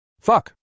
Fuck